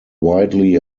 widely